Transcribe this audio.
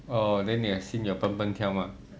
oh then 你的心有蹦蹦跳吗